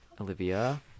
Olivia